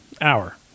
Hour